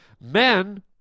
Men